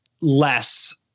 less